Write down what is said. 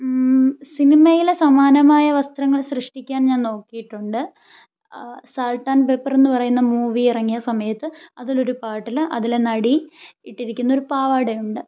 സിനിമയിലെ സമാനമായ വസ്ത്രങ്ങൾ സൃഷ്ടിക്കാൻ ഞാൻ നോക്കിയിട്ടുണ്ട് സാൾട്ട് ആൻഡ് പെപ്പർ എന്നു പറയുന്ന മൂവി ഇറങ്ങിയ സമയത്ത് അതിലൊരു പാട്ടിൽ അതിലെ നടി ഇട്ടിരിക്കുന്ന ഒരു പാവാട ഉണ്ട്